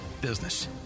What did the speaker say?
business